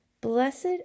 Blessed